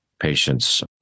patients